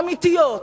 אמיתיות,